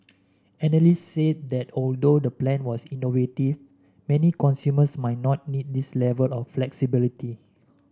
analysts said that although the plan was innovative many consumers might not need this level of flexibility